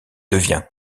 devient